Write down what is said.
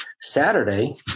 Saturday